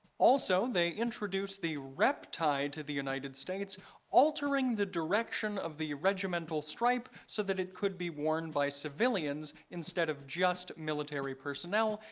also, they introduced the repp tie to the united states altering the direction of the regimental stripe so that it could be worn by civilians instead of just military personnel,